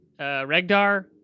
Regdar